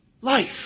life